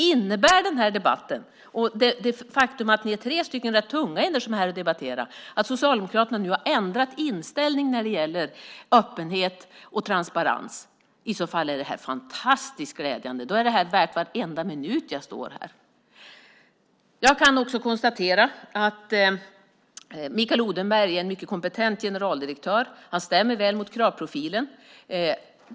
Innebär den här debatten och det faktum att ni är tre stycken rätt tunga politiker som debatterar att Socialdemokraterna nu har ändrat inställning när det gäller öppenhet och transparens? I så fall är det fantastiskt glädjande. Då är det värt varenda minut som jag står här. Jag kan också konstatera att Mikael Odenberg är en mycket kompetent generaldirektör. Han stämmer väl mot kravprofilen.